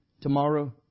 tomorrow